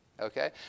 okay